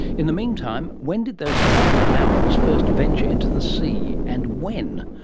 in the meantime, when did those land mammals first venture into the sea, and when?